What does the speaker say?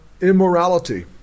immorality